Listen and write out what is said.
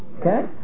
okay